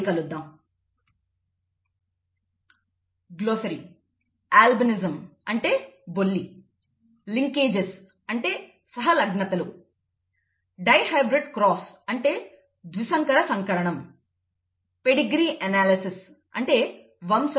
మళ్ళీ కలుద్దాం